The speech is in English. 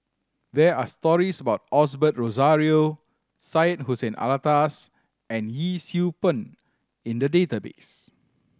there are stories about Osbert Rozario Syed Hussein Alatas and Yee Siew Pun in the database